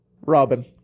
Robin